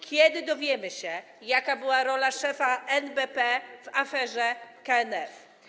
Kiedy dowiemy się, jaka była rola szefa NBP w aferze KNF?